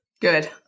Good